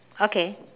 okay